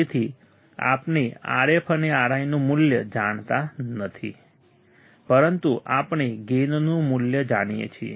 તેથી આપણે Rf અને Ri નું મૂલ્ય જાણતા નથી પરંતુ આપણે ગેઇનનું મૂલ્ય જાણીએ છીએ